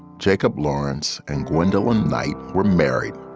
jacob lawrence and gwendolyn knight were married.